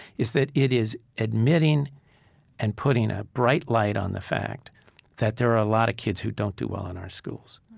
is that it is admitting and putting a bright light on the fact that there are a lot of kids who don't do well in our schools.